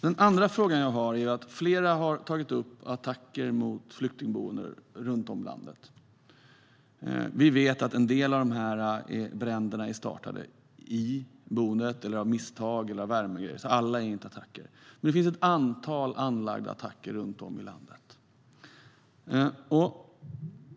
Den andra frågan jag har, som flera andra också tagit upp, är om attackerna mot flyktingboenden runt om i landet. Vi vet att en del av bränderna startat i boenden av misstag, så alla är inte anlagda. Men det finns ett antal anlagda attacker runt om i landet.